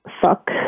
Fuck